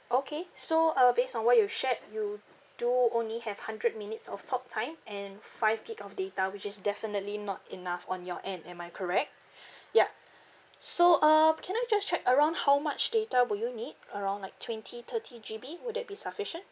okay so uh based on what you've shared you do only have hundred minutes of talk time and five gig of data which is definitely not enough on your end am I correct yup so um can I just check around how much data will you need around like twenty thirty G_B would that be sufficient